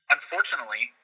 Unfortunately